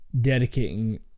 dedicating